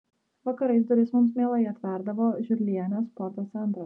vakarais duris mums mielai atverdavo žiurlienės sporto centras